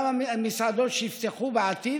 גם המסעדות שיפתחו בעתיד,